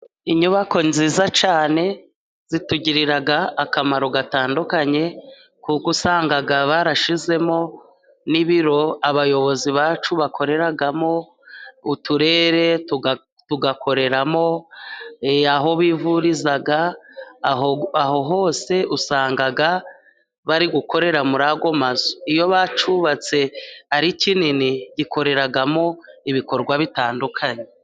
Inyubako nziza cyane zitugirira akamaro gatandukanye, kuko usanga barashyizemo n'ibiro abayobozi bacu bakoreramo, uturere tugakoreramo aho bivuriza, aho hose usanga bari gukorera muri ayo mazu iyo bacyubatse ari kinini gikorerwamo ibikorwa bitandukanye.